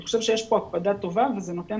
אני חושב שיש כאן הקפדה טובה וזה נותן